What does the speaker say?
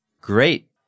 great